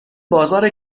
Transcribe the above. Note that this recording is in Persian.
بازار